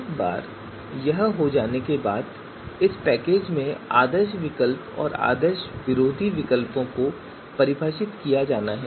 एक बार यह हो जाने के बाद इस पैकेज में आदर्श विकल्प और आदर्श विरोधी विकल्पों को परिभाषित किया जाना है